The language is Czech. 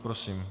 Prosím.